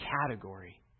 category